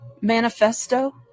manifesto